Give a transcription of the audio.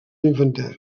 infantesa